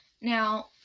Now